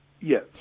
Yes